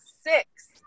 six